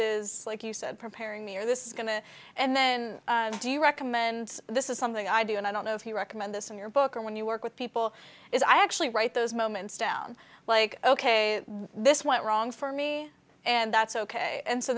is like you said preparing me or this is going to and then do you recommend this is something i do and i don't know if he recommend this in your book or when you work with people is i actually write those moments down like ok this went wrong for me and that's ok and so